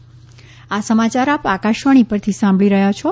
corona appeal આ સમાચાર આપ આકાશવાણી પરથી સાંભળી રહ્યા છો